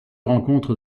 rencontre